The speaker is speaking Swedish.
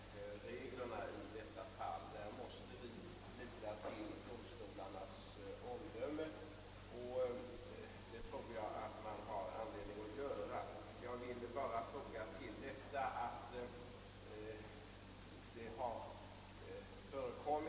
Herr talman! Det är alldeles riktigt att det omskrivna fallet icke var något exempel på nödvärn, men det förekommer andra fall som har sådan karaktär.